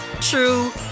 true